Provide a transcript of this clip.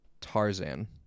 Tarzan